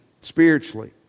spiritually